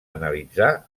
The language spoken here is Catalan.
analitzar